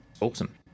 awesome